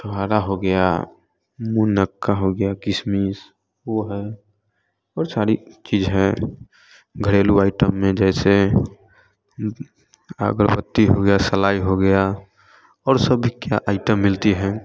छुहारा हो गया मुनक्का हो गया किशमिश वो है ये सारी चीज है घरेलू आइटम में जैसे अगरबत्ती हो गया सलाई हो गया और सब क्या आइटम मिलती है